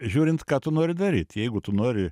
žiūrint ką tu nori daryt jeigu tu nori